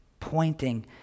Pointing